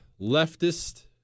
leftist